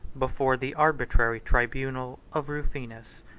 before the arbitrary tribunal of rufinus.